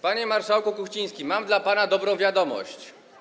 Panie marszałku Kuchciński, mam dla pana dobrą wiadomość.